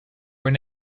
were